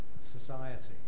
society